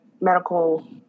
medical